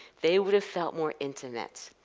they would have felt more intimate.